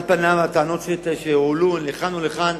על פניו, הטענות שהועלו לכאן ולכאן,